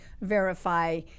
verify